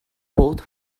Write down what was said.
port